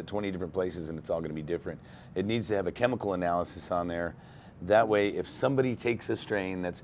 twenty different places and it's all going to be different it needs to have a chemical analysis on there that way if somebody takes a strain that's